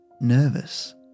nervous